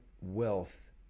Wealth